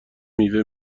میوه